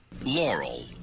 laurel